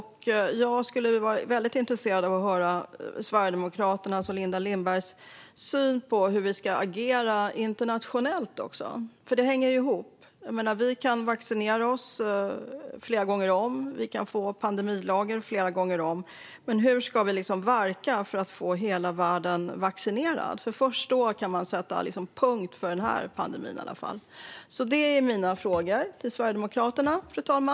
Hur tycker Sverigedemokraterna och Linda Lindberg att vi ska agera internationellt? Det hänger ju ihop. Vi kan vaccinera oss flera gånger om och förlänga pandemilagar, men hur ska vi verka för att få hela världen vaccinerad? Först då kan vi sätta punkt för denna pandemi.